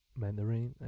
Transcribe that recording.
Mandarin